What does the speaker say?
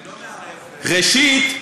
ראשית,